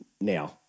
Now